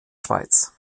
schweiz